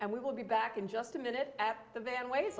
and we will be back in just a minute at the end ways